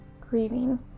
grieving